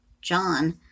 John